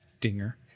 dinger